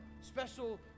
special